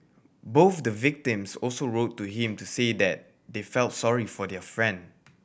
both the victims also wrote to him to say that they felt sorry for their friend